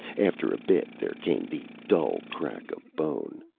after a bit there came the dull crack of bone.